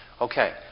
Okay